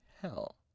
hell